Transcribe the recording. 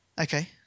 Okay